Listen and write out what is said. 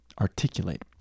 Articulate